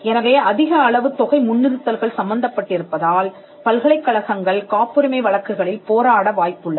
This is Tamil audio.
எனவே அதிக அளவு தொகை முன்னிறுத்தல்கள் சம்பந்தப்பட்டிருப்பதால் பல்கலைக்கழகங்கள் காப்புரிமை வழக்குகளில் போராட வாய்ப்புள்ளது